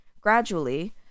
gradually